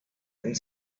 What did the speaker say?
and